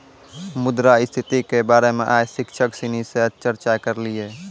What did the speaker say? मुद्रा स्थिति के बारे मे आइ शिक्षक सिनी से चर्चा करलिए